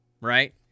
right